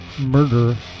murder